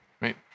right